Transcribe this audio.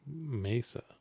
mesa